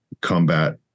combat